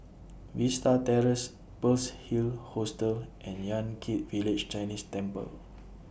Vista Terrace Pearl's Hill Hostel and Yan Kit Village Chinese Temple